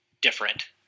different